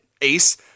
Ace